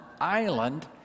island